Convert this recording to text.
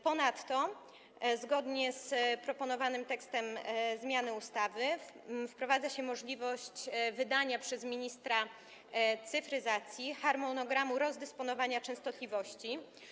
Ponadto zgodnie z proponowanym tekstem zmiany ustawy wprowadza się możliwość wydania przez ministra cyfryzacji harmonogramu rozdysponowania częstotliwości.